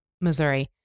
Missouri